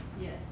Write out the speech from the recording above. Yes